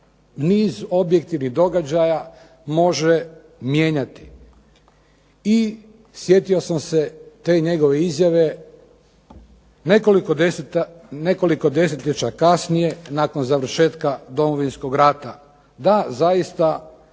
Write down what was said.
niz objektivnih događaja može mijenjati? I sjetio sam se te njegove izjave nekoliko desetljeća kasnije nakon završetka Domovinskog rata. Da, zaista